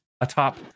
atop